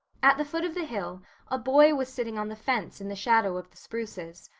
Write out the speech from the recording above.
at the foot of the hill a boy was sitting on the fence in the shadow of the spruces.